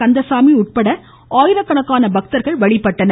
கந்தசாமி உட்பட ஆயிரக்கணக்கான பக்தர்கள் வழிபட்டனர்